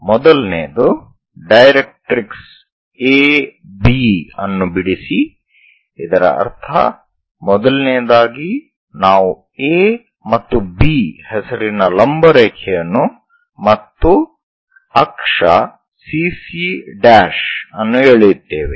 ಮೊದಲನೆಯದು directrix A B ಅನ್ನು ಬಿಡಿಸಿ ಇದರ ಅರ್ಥ ಮೊದಲನೆಯದಾಗಿ ನಾವು A ಮತ್ತು B ಹೆಸರಿನ ಲಂಬ ರೇಖೆಯನ್ನು ಮತ್ತು ಅಕ್ಷ CC' ಅನ್ನು ಎಳೆಯುತ್ತೇವೆ